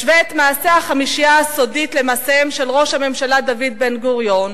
משווה את מעשי החמישייה הסודית למעשיהם של ראש הממשלה דוד בן-גוריון